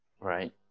Right